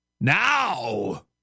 Now